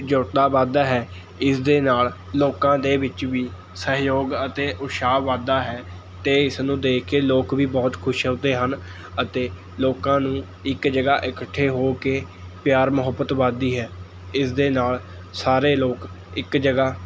ਜੁੱਟਤਾ ਵੱਧਦਾ ਹੈ ਇਸ ਦੇ ਨਾਲ਼ ਲੋਕਾਂ ਦੇ ਵਿੱਚ ਵੀ ਸਹਿਯੋਗ ਅਤੇ ਉਤਸ਼ਾਹ ਵੱਧਦਾ ਹੈ ਅਤੇ ਇਸ ਨੂੰ ਦੇਖ ਕੇ ਲੋਕ ਵੀ ਬਹੁਤ ਖੁਸ਼ ਹੁੰਦੇ ਹਨ ਅਤੇ ਲੋਕਾਂ ਨੂੰ ਇੱਕ ਜਗ੍ਹਾ ਇਕੱਠੇ ਹੋ ਕੇ ਪਿਆਰ ਮੁਹੱਬਤ ਵੱਧਦੀ ਹੈ ਇਸ ਦੇ ਨਾਲ਼ ਸਾਰੇ ਲੋਕ ਇੱਕ ਜਗ੍ਹਾ